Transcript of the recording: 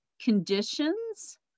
conditions